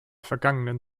vergangenen